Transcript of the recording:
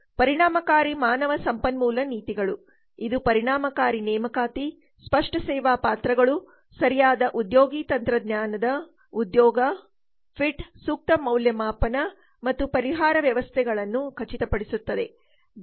ಪರಿಣಾಮಕಾರಿ ಮಾನವ ಸಂಪನ್ಮೂಲ ನೀತಿಗಳು ಇದು ಪರಿಣಾಮಕಾರಿ ನೇಮಕಾತಿ ಸ್ಪಷ್ಟ ಸೇವಾ ಪಾತ್ರಗಳು ಸರಿಯಾದ ಉದ್ಯೋಗಿ ತಂತ್ರಜ್ಞಾನದ ಉದ್ಯೋಗ ಫಿಟ್ ಸೂಕ್ತ ಮೌಲ್ಯಮಾಪನ ಮತ್ತು ಪರಿಹಾರ ವ್ಯವಸ್ಥೆಗಳನ್ನು ಖಚಿತಪಡಿಸುತ್ತದೆ